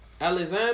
Alexander